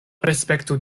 respektu